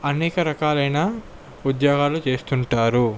అనేక రకాలైన ఉద్యోగాలు చేస్తుంటారు